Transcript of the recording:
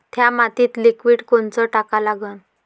थ्या मातीत लिक्विड कोनचं टाका लागन?